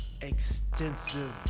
extensive